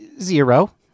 Zero